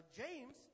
James